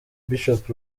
bishop